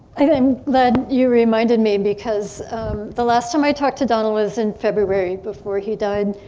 i'm glad you reminded me because the last time i talked to donald was in february, before he died.